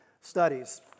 studies